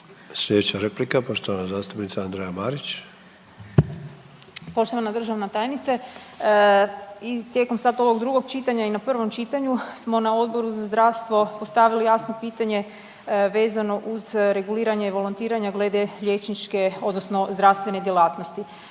Sljedeća replika poštovana zastupnica Andreja Marić. **Marić, Andreja (SDP)** Poštovana državna tajnice. Tijekom sad ovog drugog čitanja i na prvom čitanju smo na Odboru za zdravstvo postavili jasno pitanje vezano uz reguliranje volontiranje glede liječničke odnosno zdravstvene djelatnosti.